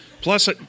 Plus